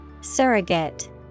Surrogate